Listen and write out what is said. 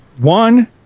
One